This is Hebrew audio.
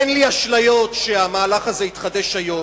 אין לי אשליות שהמהלך הזה יתחדש היום.